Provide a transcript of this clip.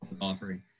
offering